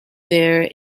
there